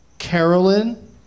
Carolyn